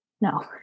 No